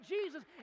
Jesus